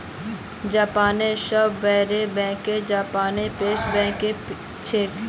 जापानेर सबस बोरो बैंक जापान पोस्ट बैंक छिके